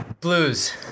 Blues